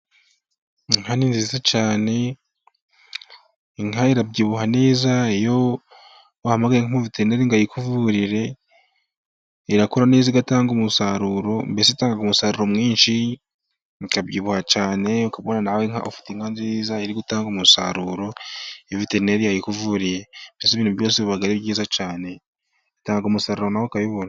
Inka ni nziza cyane, inka irabyibuha neza, iyo wahamagaye nk'umuveterineri ngo ayikuvurira, irakura neza, igatanga umusaruro, mbese itanga umusaruro mwinshi, ikabyibuha cyane, ukabona nawe ufite inka nziza iri gutanga umusaruro, iyo veteneri yayikuvuriye, mbesi ibintu byose biba ari byiza cyane, itanga umusaruro nawe ukabibona.